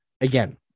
again